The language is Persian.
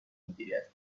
مدیریت